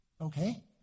Okay